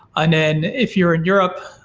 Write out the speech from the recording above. and then if you're in europe,